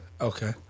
Okay